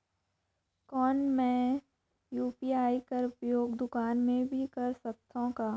कौन मै यू.पी.आई कर उपयोग दुकान मे भी कर सकथव का?